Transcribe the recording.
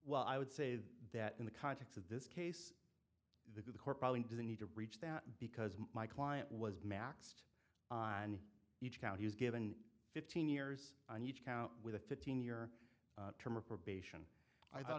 well i would say that in the context of this case the the core probably does need to reach that because my client was maxed on each count he was given fifteen years on each count with a fifteen year term of probation i thought